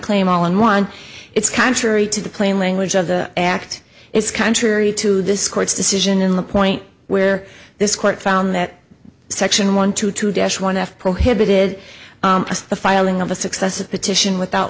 claim all in one it's contrary to the plain language of the act it's contrary to this court's decision and the point where this court found that section one to two desh one f prohibited the filing of a successive petition without